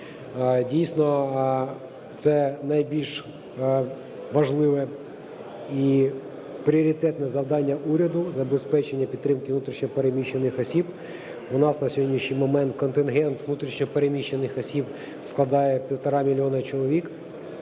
Дійсно, це найбільш важливе і пріоритетне завдання уряду – забезпечення підтримки внутрішньо переміщених осіб. У нас на сьогоднішній момент контингент внутрішньо переміщених осіб складає 1,5 мільйона чоловік.